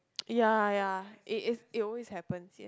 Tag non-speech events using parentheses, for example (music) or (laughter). (noise) ya ya it is it always happen